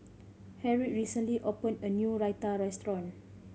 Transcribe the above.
Harriett recently opened a new Raita restaurant